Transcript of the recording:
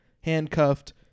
handcuffed